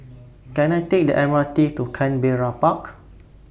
Can I Take The M R T to Canberra Park